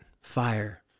fire